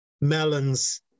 Melon's